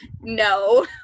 No